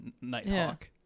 Nighthawk